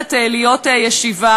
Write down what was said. הולכת להיות ישיבה,